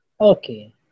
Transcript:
okay